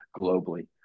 globally